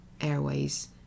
airways